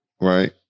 right